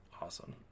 awesome